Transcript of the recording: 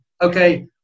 okay